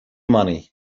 money